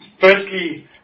Firstly